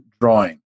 drawing